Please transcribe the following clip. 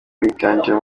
yiganjemo